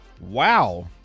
Wow